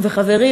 וחברי,